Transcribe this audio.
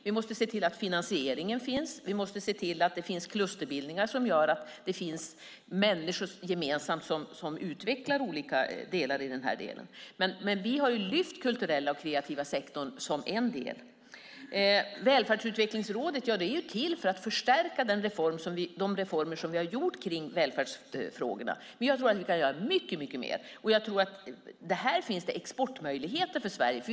Vi måste se till att finansieringen finns och att det finns klusterbildningar så att människor gemensamt utvecklar olika delar i detta. Vi har lyft fram den kulturella och kreativa sektorn som en del. Välfärdsutvecklingsrådet är till för att förstärka de reformer vi har gjort i välfärdsfrågorna. Men vi kan göra mycket mer. Här finns det exportmöjligheter för Sverige.